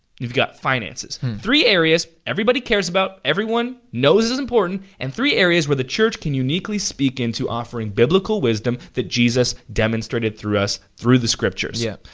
you've got finances. three areas everybody cares about, everyone knows is important, and three areas where the church can uniquely speak into, offering biblical wisdom that jesus demonstrated through us, through the scriptures. yeah.